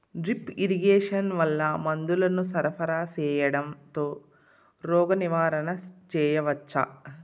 Drip irrigation వల్ల మందులను సరఫరా సేయడం తో రోగ నివారణ చేయవచ్చా?